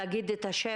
בבקשה, חבר